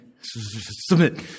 Submit